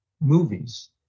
movies